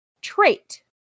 trait